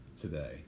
today